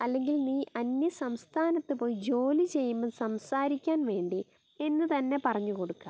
അല്ലെങ്കിൽ നീ അന്യസംസ്ഥാനത്ത് പോയി ജോലി ചെയ്യുമ്പോ സംസാരിക്കാൻ വേണ്ടി എന്ന് തന്നെ പറഞ്ഞു കൊടുക്കുക